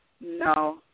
no